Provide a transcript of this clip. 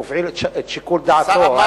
האם הוא הפעיל את שיקול דעתו?